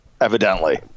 evidently